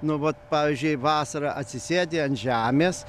nu vat pavyzdžiui vasarą atsisėdi ant žemės